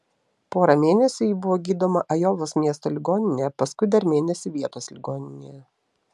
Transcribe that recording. porą mėnesių ji buvo gydoma ajovos miesto ligoninėje paskui dar mėnesį vietos ligoninėje